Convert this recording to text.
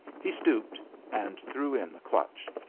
he stooped and threw in the clutch.